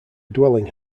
dwelling